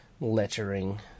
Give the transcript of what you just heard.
lettering